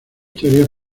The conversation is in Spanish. teorías